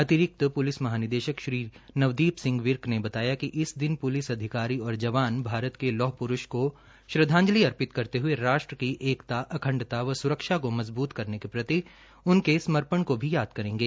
अतिरिक्त पुलिस महानिदेशक श्री नवदीप सिंह विर्क ने बताया कि इस दिन पुलिस अधिकारी और जवान भारत के लौह पुरूष को श्रद्धांजलि अर्पित करते हये राष्ट्र की एकता अखंडता व सुरक्षा को मजबूत करने प्रति उनके समर्पण को भी याद करेंगे